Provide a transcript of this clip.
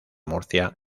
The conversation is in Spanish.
murcia